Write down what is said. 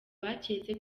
baketse